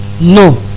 No